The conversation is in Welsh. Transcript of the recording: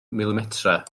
milimetrau